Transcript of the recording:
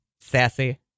Sassy